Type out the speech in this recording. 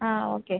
ആ ഓക്കെ